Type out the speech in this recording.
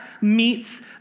meets